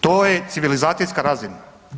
To je civilizacijska razina.